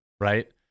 right